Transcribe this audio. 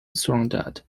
surrendered